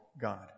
God